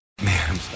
Man